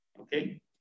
Okay